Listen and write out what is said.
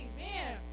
Amen